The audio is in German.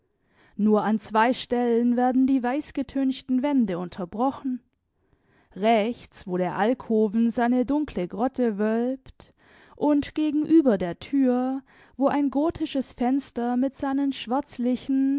nur an zwei stellen werden die weißgetünchten wände unterbrochen rechts wo der alkoven seine dunkle grotte wölbt und gegenüber der tür wo ein gotisches fenster mit seinen schwärzlichen